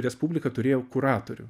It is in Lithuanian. respublika turėjo kuratorių